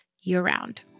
year-round